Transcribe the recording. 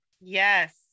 Yes